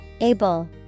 Able